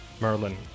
Merlin